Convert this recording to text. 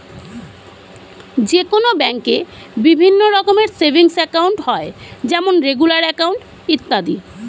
যে কোনো ব্যাঙ্কে বিভিন্ন রকমের সেভিংস একাউন্ট হয় যেমন রেগুলার অ্যাকাউন্ট, ইত্যাদি